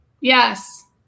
Yes